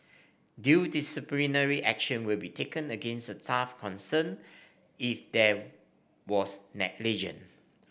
due disciplinary action will be taken against the staff concerned if there was